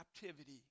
captivity